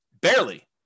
Barely